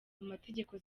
amategeko